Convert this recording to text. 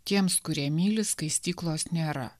tiems kurie myli skaistyklos nėra